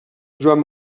joan